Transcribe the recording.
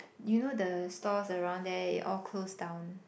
you know the stalls around there it all closed down